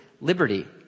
liberty